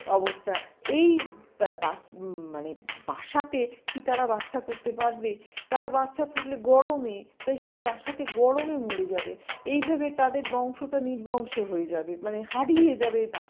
অবস্থা এই মানে বাসাতে কি তারা বাচ্চা করতে পারবে তারা বাচ্চা ফুটলে গরমে তা সেই বাসাতে গরমে মরে যাবে এই ভেবে তাদের বংশটা নির্বংশ হয়ে যাবে মানে হারিয়ে যাবে